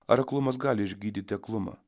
ar aklumas gali išgydyti aklumą